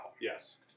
Yes